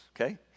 okay